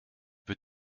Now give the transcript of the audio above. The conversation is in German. wird